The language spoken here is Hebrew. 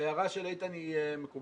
ההערה של איתן היא מקובלת.